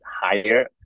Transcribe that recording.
higher